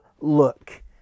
look